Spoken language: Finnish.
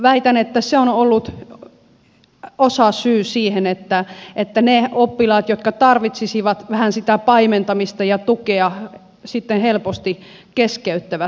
väitän että se on ollut osasyy siihen että ne oppilaat jotka tarvitsisivat vähän sitä paimentamista ja tukea sitten helposti keskeyttävät